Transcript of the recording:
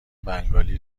بنگالی